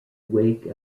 wake